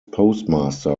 postmaster